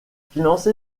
financé